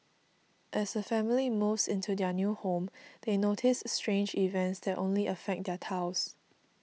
as a family moves into their new home they notice strange events that only affect their tiles